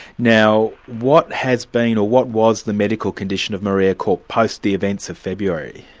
now what has been, or what was the medical condition of maria korp post the events of february?